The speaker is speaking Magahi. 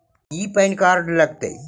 की पैन कार्ड लग तै?